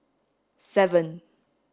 seven